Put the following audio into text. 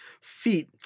feet